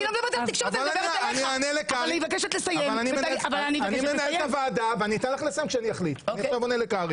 אני מנהל את הוועדה ואני עכשיו עונה לקרעי.